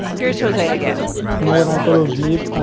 here's jose again you know, when i go to sleep,